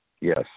Yes